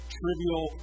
trivial